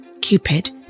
Cupid